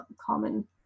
common